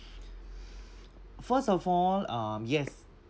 first of all um yes